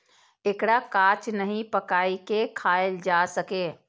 एकरा कांच नहि, पकाइये के खायल जा सकैए